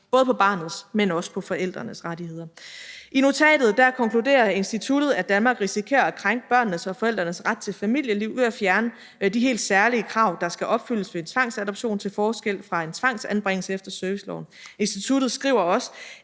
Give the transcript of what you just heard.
både på barnets, men også på forældrenes rettigheder. I notatet konkluderer instituttet, at Danmark risikerer at krænke børnenes og forældrenes ret til familieliv ved at fjerne de helt særlige krav, der skal opfyldes ved en tvangsadoption til forskel fra en tvangsanbringelse efter serviceloven. Instituttet skriver også,